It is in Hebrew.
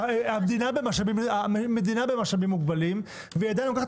המדינה במשאבים מוגבלים והיא עדיין לוקחת